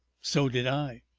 so did i.